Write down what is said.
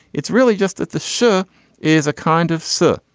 it's really just that the show is a kind of sir.